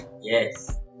Yes